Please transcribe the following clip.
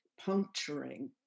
puncturing